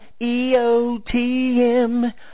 EOTM